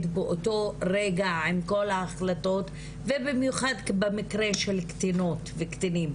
באותו רגע עם כל ההחלטות ובמיוחד במקרה של קטינות וקטינים,